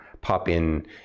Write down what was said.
pop-in